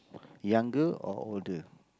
younger or older